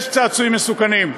יש צעצועים מסוכנים,